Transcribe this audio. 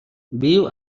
viu